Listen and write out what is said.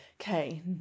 Okay